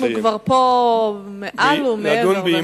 אנחנו כבר פה מעל ומעבר.